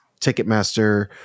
Ticketmaster